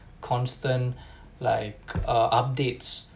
constant like err updates